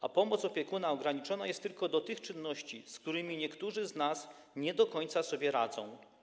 A pomoc opiekuna ograniczona jest tylko do tych czynności, z którymi niektórzy z nas nie do końca sobie radzą.